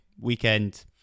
weekend